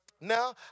Now